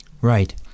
Right